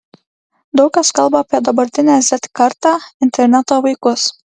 daug kas kalba apie dabartinę z kartą interneto vaikus